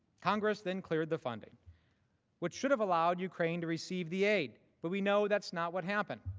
congress then cleared the funding which would have allowed ukraine to receive the aide but we know that is not what happened.